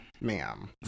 Ma'am